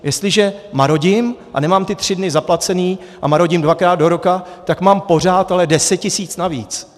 Jestliže marodím a nemám ty tři dny zaplacené a marodím dvakrát do roka, tak mám ale pořád deset tisíc navíc.